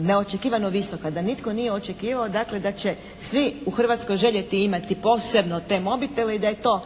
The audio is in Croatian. neočekivano visoka, da nitko nije očekivao dakle da će svi u Hrvatskoj željeti imati posebno te mobitele i da je to